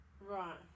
Right